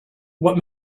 what